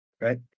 Right